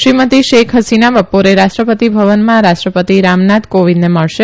શ્રીમતી શેખ ફસીના બપોરે રાષ્ટ્રપતિ ભવનમાં રાષ્ટ્રપતિ રામનાથ કોવિંદને મળશે